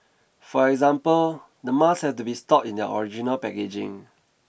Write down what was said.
for example the masks have to be stored in their original packaging